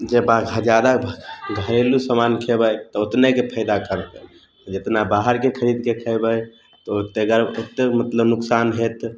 जे बात हजारा घरेलू समान खेबै तऽ ओतनेके फेदा करतै जेतना बाहरके खरीदके खयबै ओहिसे ओतेक मतलब नोकसान होयत